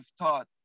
thought